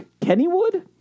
Kennywood